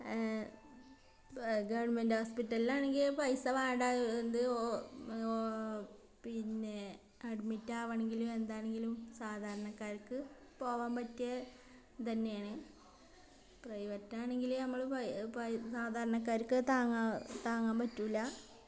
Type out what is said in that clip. government ഹോസ്പിറ്റലിലാണെങ്കിൽ പൈസ വേണ്ടാ എന്ത് പിന്നെ അഡ്മിറ്റ ആകണമെങ്കിലും എന്താണെങ്കിലും സാധാരണക്കാർക്ക് പോകാൻ പറ്റിയ ഇതന്നെയാണ് പ്രൈവറ്റ് ആണെങ്കിൽ നമ്മൾ സാധാരണക്കാർക്ക് താങ്ങാണ് താങ്ങാൻ പറ്റില്ല